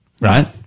right